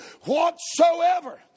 whatsoever